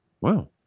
wow